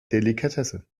delikatesse